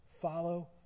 Follow